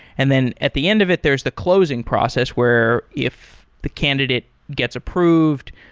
and then at the end of it, there's the closing process where if the candidate gets approved,